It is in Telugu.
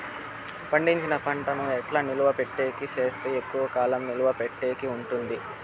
పండించిన పంట ను ఎట్లా నిలువ పెట్టేకి సేస్తే ఎక్కువగా కాలం నిలువ పెట్టేకి ఉంటుంది?